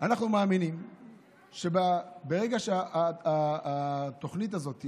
אנחנו מאמינים ברגע שהתוכנית הזאת,